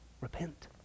Repent